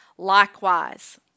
Likewise